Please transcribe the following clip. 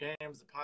games